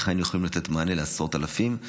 איך היינו יכולים לתת מענה לעשרות אלפים?